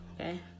okay